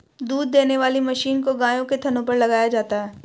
दूध देने वाली मशीन को गायों के थनों पर लगाया जाता है